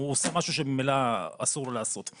הוא עושה משהו שממילא אסור לו לעשות.